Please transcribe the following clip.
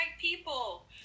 people